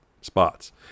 spots